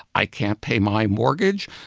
i can't pay my mortgage.